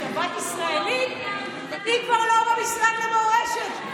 שבת ישראלית כבר לא במשרד למורשת,